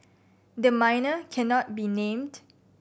the minor cannot be named